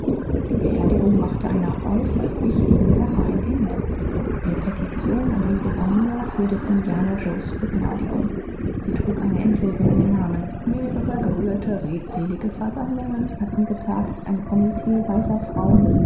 die beerdigung machte einer äußerst wichtigen sache ein ende der petition an den gouverneur für des indianer joes begnadigung sie trug eine endlose menge namen mehrere gerührte redselige versammlungen hatten getagt ein komitee weiser frauen